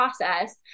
process